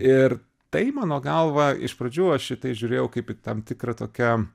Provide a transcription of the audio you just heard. ir tai mano galva iš pradžių aš į tai žiūrėjau kaip į tam tikrą tokią